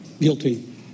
Guilty